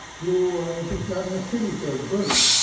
you know just not enough cities there to burn.